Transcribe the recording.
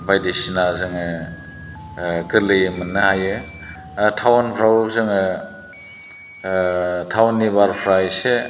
बायदिसिना जोङो गोरलैयै मोननो हायो टाउनफोराव जोङो टाउननि बारफोरा एसे